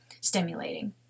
stimulating